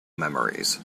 memories